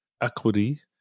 equity